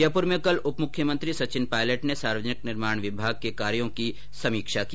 जयपुर में कल उप मुख्यमंत्री सचिन पायलट ने सार्वजनिक निर्माण विभाग के कार्यो की समीक्षा की